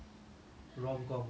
what like